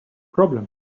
problem